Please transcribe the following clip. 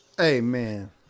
Amen